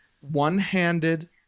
one-handed